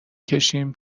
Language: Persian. کشیم